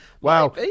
wow